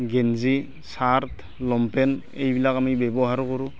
গেঞ্জি shirt long pant এইবিলাক আমি ব্যৱহাৰ কৰোঁ